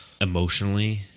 emotionally